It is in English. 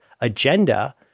agenda –